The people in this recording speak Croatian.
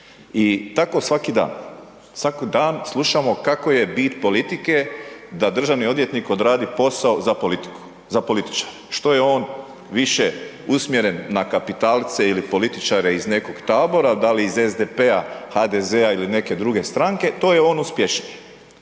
I tako svaki dan, svaki dan slušamo kako je bit politike da državni odvjetnik odradi posao za politiku, za političare. Što je on više usmjeren na kapitalce ili političare iz nekog tabora, da li iz SDP-a, HDZ-a ili neke druge stranke to je on uspješniji,